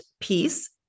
piece